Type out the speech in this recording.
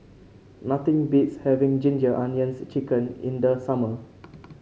nothing beats having Ginger Onions chicken in the summer